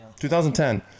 2010